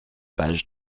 page